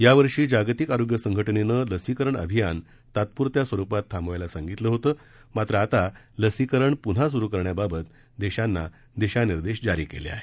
या वर्षी जागतिक आरोग्य संघटनेनं लसीकरण अभियान तात्प्रत्या स्वरूपात थांबवायला सांगितलं होतं मात्रं आता लसीकरण प्न्हा स्रु करण्याबाबत देशांना दिशा निर्देश जारी केले आहेत